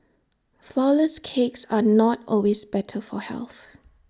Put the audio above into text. Flourless Cakes are not always better for health